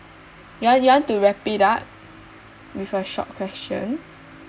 you want you want to wrap it up with a short question